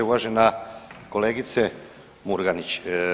Uvažena kolegice Murganić.